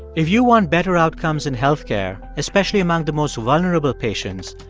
if you want better outcomes in health care, especially among the most vulnerable patients,